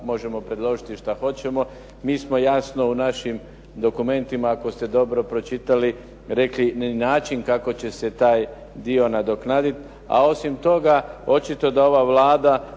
možemo predložiti što hoćemo. Mi smo jasno u našim dokumentima ako ste dobro pročitali rekli način kako će se taj dio nadoknaditi, a osim toga očito da ova Vlada